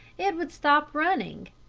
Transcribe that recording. it would stop running.